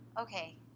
Okay